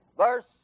Verse